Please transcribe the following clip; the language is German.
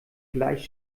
gleich